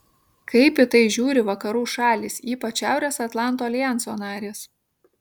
kaip į tai žiūri vakarų šalys ypač šiaurės atlanto aljanso narės